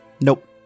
Nope